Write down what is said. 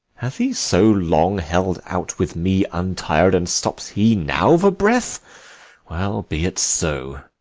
hath he so long held out with me untir'd, and stops he now for breath well, be it so.